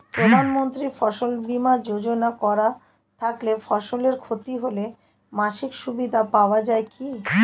প্রধানমন্ত্রী ফসল বীমা যোজনা করা থাকলে ফসলের ক্ষতি হলে মাসিক সুবিধা পাওয়া য়ায় কি?